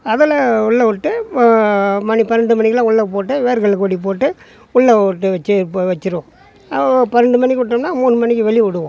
அதில் உள்ளே விட்டு மணி பன்னெண்டு மணிக்குலாம் உள்ளே போட்டு வேர்க்கடல கொடிப் போட்டு உள்ளே போட்டு வெச்சிப் வெச்சிடுவோம் பன்னென்டு மணிக்கு விட்டோம்னா மூணு மணிக்கு வெளியே விடுவோம்